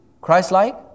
Christ-like